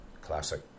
Classic